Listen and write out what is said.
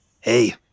Hey